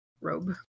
robe